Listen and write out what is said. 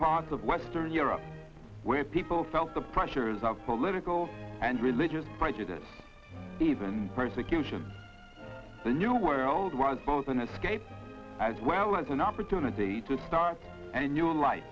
parts of western europe where people felt the pressures of political and religious prejudice even persecution the new world was both an escape as well as an opportunity to start a